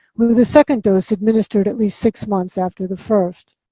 with the second dose administered at least six months after the first.